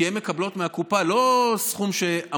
כי הן מקבלות מהקופה לא את הסכום שהן